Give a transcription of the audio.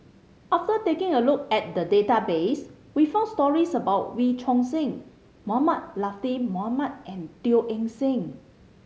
after taking a look at the database we found stories about Wee Choon Seng Mohamed Latiff Mohamed and Teo Eng Seng